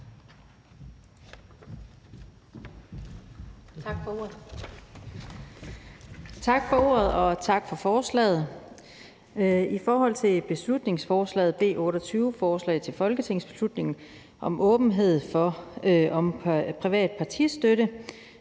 Tak for ordet,